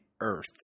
earth